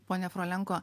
ponia frolenko